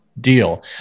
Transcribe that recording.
deal